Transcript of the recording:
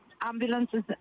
ambulances